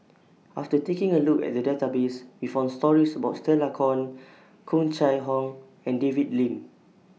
after taking A Look At The Database We found stories about Stella Kon Tung Chye Hong and David Lim